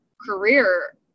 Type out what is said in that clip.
career